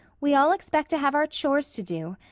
we all expect to have our chores to do.